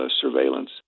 surveillance